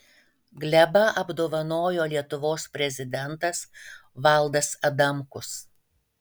glebą apdovanojo lietuvos prezidentas valdas adamkus